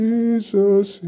Jesus